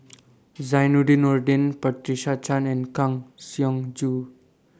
Zainudin Nordin Patricia Chan and Kang Siong Joo